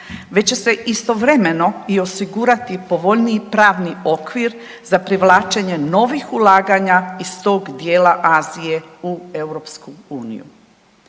već će se istovremeno i osigurati povoljniji pravni okvir za privlačenje novih ulaganja iz tog dijela Azije u EU.